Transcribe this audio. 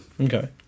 Okay